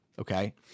Okay